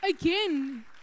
again